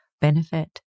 benefit